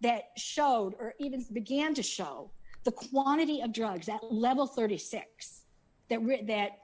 that showed or even began to show the quantity of drugs at level thirty six that rig that